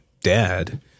dad